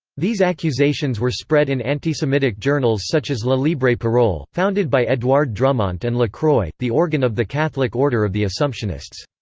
these accusations were spread in antisemitic journals such as la libre parole, founded by edouard drumont and la croix, the organ of the catholic order of the assumptionists.